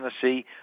Tennessee